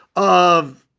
of,